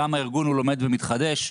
גם הארגון לומד ומתחדש,